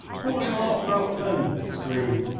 call him off, rufton! he screamed.